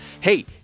Hey